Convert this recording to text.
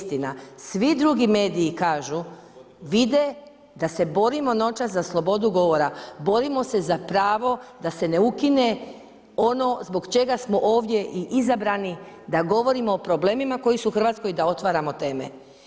Svi drugi mediji kažu, vide da se borimo noćas za slobodu govora, borimo se pravo da se ne ukine ono zbog čega smo ovdje i izabrani da govorimo o problemima koji su u Hrvatskoj, da otvaramo teme.